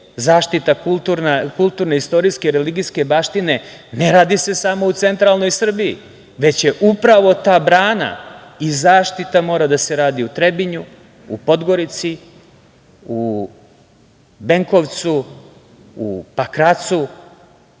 zaštita kulturne, istorijske, religijske baštine. Ne radi se samo u centralnoj Srbiji, već je upravo ta brana i zaštita mora da se radi u Trebinju, u Podgorici, u Benkovcu, u Pakracu,